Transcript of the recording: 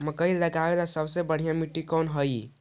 मकई लगावेला सबसे बढ़िया मिट्टी कौन हैइ?